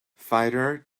fighter